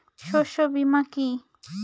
শস্য বীমা কি?